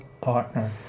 partner